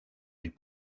les